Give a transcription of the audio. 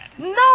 No